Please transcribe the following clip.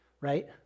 Right